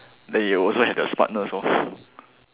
then you'll also have the smartness orh